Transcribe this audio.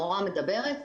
המורה מדברת,